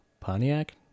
Pontiac